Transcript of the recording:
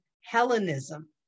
Hellenism